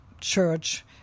Church